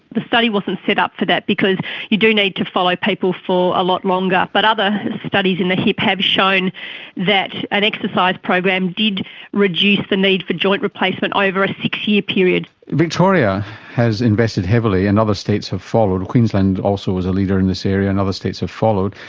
the study wasn't set up for that because you do need to follow people for a lot longer. but other studies in the hip have shown that an exercise program did reduce the need for joint replacement over ah a six-year period. victoria has invested heavily, and other states have followed, queensland also is a leader in this area and other states have followed,